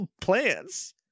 plants